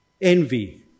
Envy